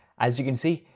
as you can see,